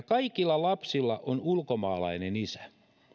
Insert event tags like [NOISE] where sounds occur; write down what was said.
[UNINTELLIGIBLE] kaikilla lapsilla on ulkomaalainen isä